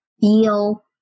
feel